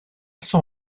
son